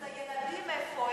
אז הילדים, איפה הם?